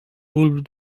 bulb